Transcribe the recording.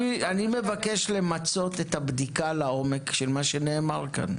אני מבקש למצות את הבדיקה של מה שנאמר כאן לעומק.